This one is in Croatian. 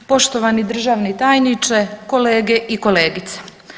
Poštovani državni tajniče, kolege i kolegice.